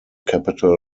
capital